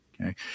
Okay